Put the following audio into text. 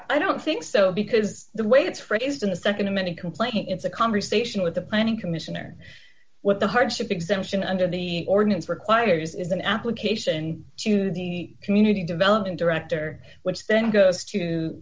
i don't think so because the way it's phrased in the nd amended complaint it's a conversation with the planning commission or what the hardship exemption under the ordinance requires is an application to the community development director which then goes to